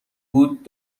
بود